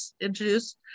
introduced